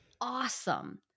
awesome